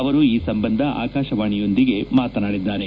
ಅವರು ಈ ಸಂಬಂಧ ಆಕಾಶವಾಣಿಯೊಂದಿಗೆ ಮಾತನಾಡಿದ್ದಾರೆ